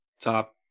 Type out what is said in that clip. top